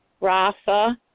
Rafa